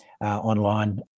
online